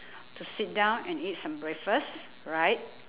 to sit down and eat some breakfast right